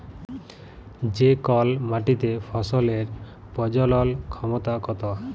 যে কল মাটিতে ফসলের প্রজলল ক্ষমতা কত